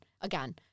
again